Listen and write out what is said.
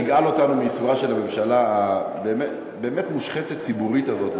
שיגאל אותנו מייסוריה של הממשלה הבאמת-מושחתת ציבורית הזאת,